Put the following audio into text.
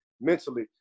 mentally